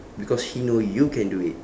because he know you can do it